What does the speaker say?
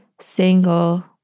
single